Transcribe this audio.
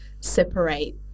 separate